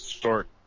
short